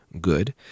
good